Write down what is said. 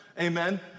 Amen